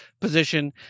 position